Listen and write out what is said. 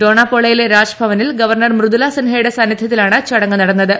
ഡോനാപോളയിലെ രാജ്ഭവനിൽ ഗവർണർ മൃദൂലി സിൻഹയുടെ സാന്നിധ്യത്തിലാണ് ചടങ്ങ് നടന്നത്